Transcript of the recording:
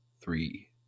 three